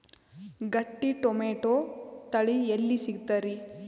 ಗಟ್ಟಿ ಟೊಮೇಟೊ ತಳಿ ಎಲ್ಲಿ ಸಿಗ್ತರಿ?